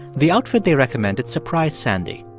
the outfit they recommended surprised sandy.